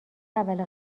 اول